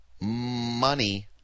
money